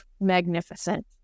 magnificent